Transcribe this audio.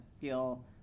feel